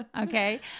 okay